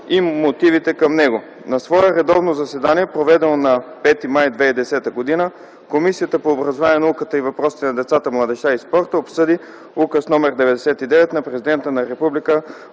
и мотивите към него На свое редовно заседание, проведено на 5 май 2010 г., Комисията по образованието, науката и въпросите на децата, младежта и спорта обсъди Указ № 99 на Президента на Република